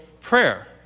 prayer